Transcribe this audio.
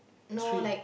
three